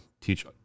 teach